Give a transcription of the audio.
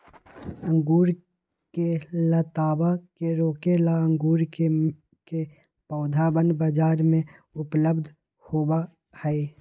अंगूर के लतावा के रोके ला अंगूर के पौधवन बाजार में उपलब्ध होबा हई